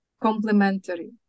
complementary